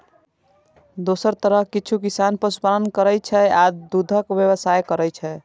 दोसर तरफ किछु किसान पशुपालन करै छै आ दूधक व्यवसाय करै छै